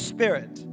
Spirit